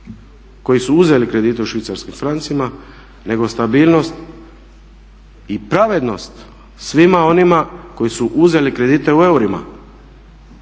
koji su uzeli kredite u švicarskim francima, nego stabilnost i pravednost svima onima koji su uzeli kredite u eurima